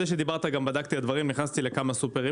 שדיברת בדקתי את הדברים, נכנסתי לכמה סופרים